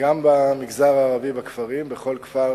גם במגזר הערבי, בכפרים, בכל כפר